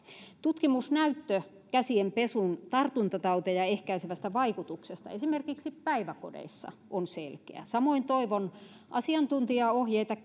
tutkimusnäyttö käsien pesun tartuntatauteja ehkäisevästä vaikutuksesta esimerkiksi päiväkodeissa on selkeä samoin toivon asiantuntijaohjeita